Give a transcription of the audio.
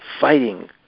fighting